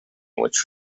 which